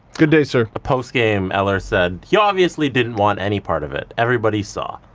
good day, sir. post game, eller said he obviously didn't want any part of it. everybody saw.